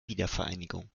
wiedervereinigung